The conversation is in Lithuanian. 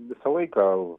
visą laiką